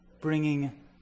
bringing